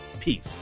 peace